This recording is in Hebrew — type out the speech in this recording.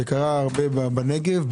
זה קרה הרבה בנגב,